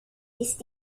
ist